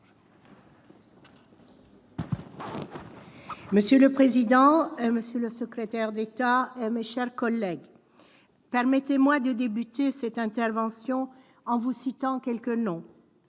Monsieur le président, monsieur le secrétaire d'État, mes chers collègues, permettez-moi de débuter cette intervention en vous citant quelques noms